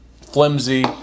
flimsy